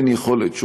אין יכולת,